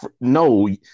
no